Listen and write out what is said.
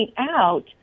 out